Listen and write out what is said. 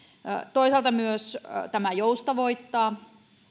toisaalta tämä myös joustavoittaa kun